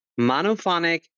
Monophonic